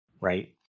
right